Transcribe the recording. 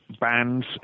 bands